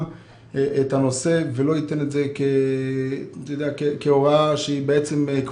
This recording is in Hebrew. את הנושא ולא ייתן את זה כהוראה קבועה.